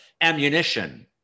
ammunition